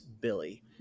Billy